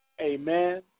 amen